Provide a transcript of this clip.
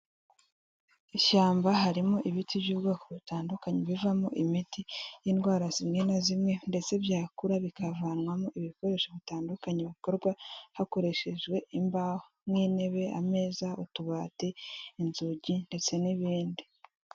Ishyamba harimo ibiti by'ubwoko butandukanye, bivamo imiti y'indwara zimwe na zimwe, ndetse byakura bikavanwamo ibikoresho bitandukanye bikorwa hakoreshejwe imbaho. Nk'intebe, ameza, utubati, inzugi, ndetse n'ibindi.